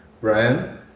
Brian